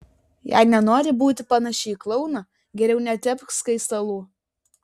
jei nenori būti panaši į klouną geriau netepk skaistalų